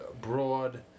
broad